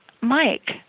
Mike